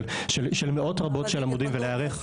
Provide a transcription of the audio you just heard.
של מאות רבות של עמודים ולהיערך?